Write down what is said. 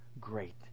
great